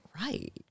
right